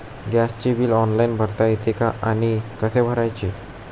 गॅसचे bill online भरता येते का आणि कसे भरायचे?